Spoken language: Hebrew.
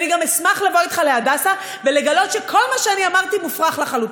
אני גם אשמח לבוא אתך להדסה ולגלות שכל מה שאני אמרתי מופרך לחלוטין.